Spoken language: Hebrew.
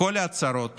כל ההצהרות